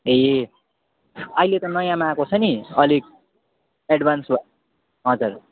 ए अहिले त नयाँमा आएको छ नि अलिक एड्भान्स हजुर